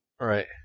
Right